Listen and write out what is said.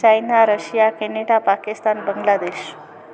China Russia Canada Pakistan Bangladesh